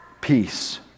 peace